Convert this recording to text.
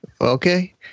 Okay